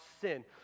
sin